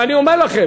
ואני אומר לכם,